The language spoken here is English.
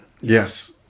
Yes